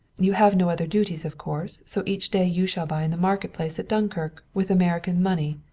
you have no other duties of course so each day you shall buy in the market place at dunkirk, with american money.